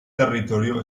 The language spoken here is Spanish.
territorio